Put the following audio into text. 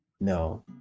no